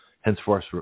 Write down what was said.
henceforth